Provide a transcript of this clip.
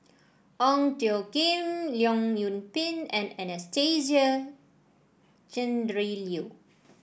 Ong Tjoe Kim Leong Yoon Pin and Anastasia Tjendri Liew